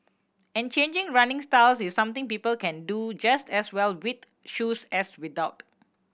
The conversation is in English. and changing running styles is something people can do just as well with shoes as without